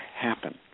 happen